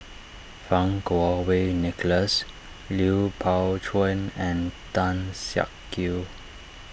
Fang Kuo Wei Nicholas Lui Pao Chuen and Tan Siak Kew